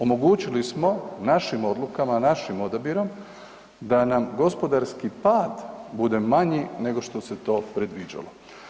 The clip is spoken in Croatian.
Omogućili smo našim odlukama, našim odabirom da nam gospodarski pad bude manji nego što se to predviđalo.